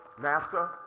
NASA